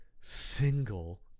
single